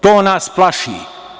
To nas plaši.